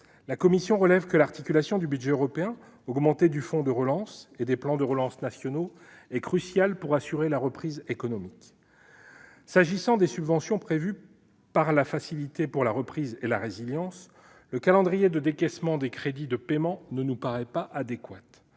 La Commission relève que l'articulation du budget européen augmenté du fonds de relance et des plans de relance nationaux est cruciale pour assurer la reprise économique. S'agissant des subventions prévues par la « facilité pour la reprise et la résilience », le calendrier de décaissement des crédits de paiement ne nous paraît pas adéquat.